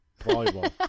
volleyball